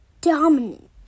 dominant